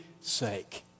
sake